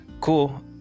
cool